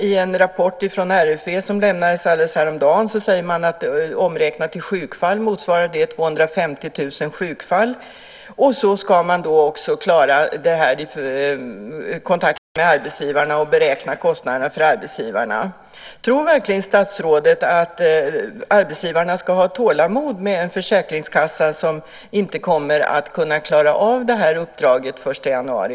I en rapport från RFV som lämnades häromdagen säger man att det omräknat till sjukfall motsvarar 250 000. Kontakterna med arbetsgivarna och beräkningen av kostnaderna för dem ska ju också klaras av. Tror verkligen statsrådet att arbetsgivarna ska ha tålamod med en försäkringskassa som inte kommer att kunna klara av uppdraget den 1 januari?